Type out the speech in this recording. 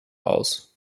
aus